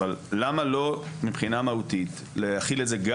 אבל למה לא מבחינה מהותית להחיל את זה גם